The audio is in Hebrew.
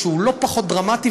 שהוא לא פחות דרמטי,